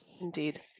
Indeed